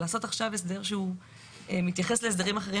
לעשות עכשיו הסדר שמתייחס להסדרים אחרים